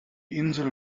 insel